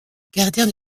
gardien